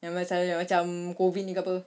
yang pasal yang macam COVID ini ke apa